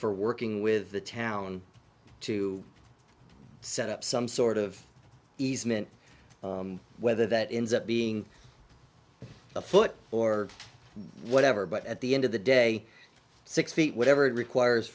for working with the town to set up some sort of easement whether that is up being a foot or whatever but at the end of the day six feet whatever it requires